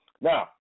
Now